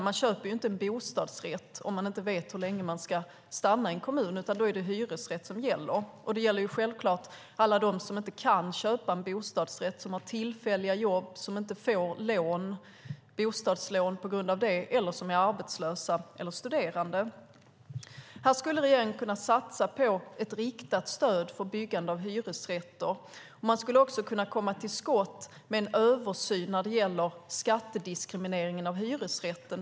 Man köper ju inte en bostadsrätt om man inte vet hur länge man ska stanna i en kommun, utan då är det hyresrätt som gäller. Och det gäller självklart alla dem som inte kan köpa en bostadsrätt, som har tillfälliga jobb, som inte får lån, bostadslån, på grund av det eller som är arbetslösa eller studerande. Här skulle regeringen kunna satsa på ett riktat stöd för byggande av hyresrätter. Man skulle också kunna komma till skott med en översyn när det gäller skattediskrimineringen av hyresrätten.